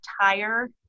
entire